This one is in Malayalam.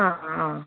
ആ ആ